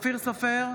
אופיר סופר,